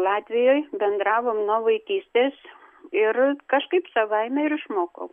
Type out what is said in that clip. latvijoj bendravom nuo vaikystės ir kažkaip savaime ir išmokau